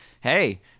Hey